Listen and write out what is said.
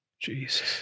Jesus